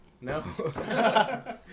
No